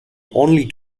only